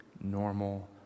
normal